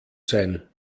sein